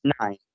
Nine